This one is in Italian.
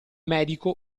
medico